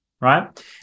Right